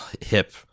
hip